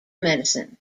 medicine